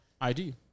ID